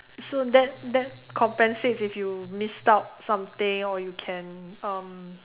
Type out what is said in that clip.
so that that compensates if you missed out something or you can um